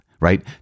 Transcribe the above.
right